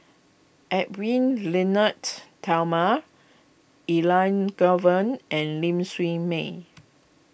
Edwy Lyonet Talma Elangovan and Ling Siew May